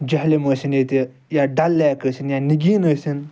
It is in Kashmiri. جہلم ٲسٕنۍ ییٚتہِ یا ڈَل لیک ٲسٕنۍ یا نِگیٖن ٲسٕنۍ